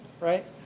right